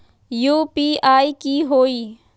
UPI की होई?